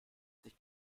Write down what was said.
dich